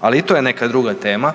Ali i to je neka druga tema,